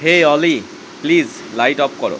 hey Oli please light off কর